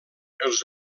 els